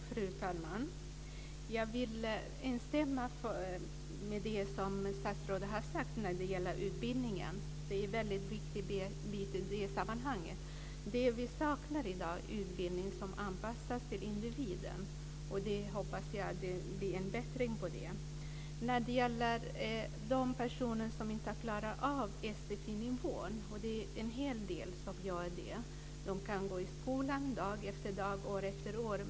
Fru talman! Jag vill instämma med det som statsrådet har sagt när det gäller utbildningen. Det är en viktig bit i det sammanhanget. Det vi saknar i dag är utbildning som anpassas till individen. Jag hoppas att det blir en bättring. De personer som inte klarar av sfi-nivån - och det är en hel - kan gå i skolan dag efter dag, år efter år.